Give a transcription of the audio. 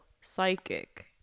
psychic